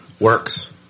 Works